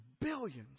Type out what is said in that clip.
billions